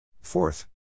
Fourth